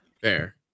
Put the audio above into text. Fair